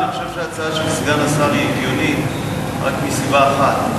אני חושב שההצעה של סגן השר היא הגיונית רק מסיבה אחת,